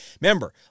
Remember